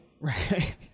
right